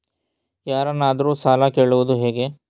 ಯಾರನ್ನಾದರೂ ಸಾಲ ಕೇಳುವುದು ಹೇಗೆ?